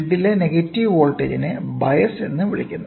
ഗ്രിഡിലെ negative വോൾട്ടേജിനെ bias എന്ന് വിളിക്കുന്നു